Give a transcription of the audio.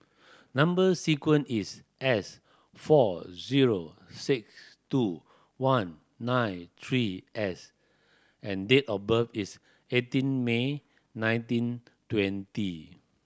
number sequence is S four zero six two one nine three S and date of birth is eighteen May nineteen twenty